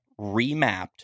remapped